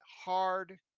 hard